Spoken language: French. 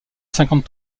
cinquante